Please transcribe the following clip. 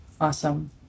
Awesome